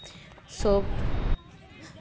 ᱥᱚᱵ